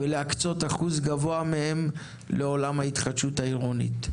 ולהקצות אחוז גבוה מהם לעולם ההתחדשות האנרגטית.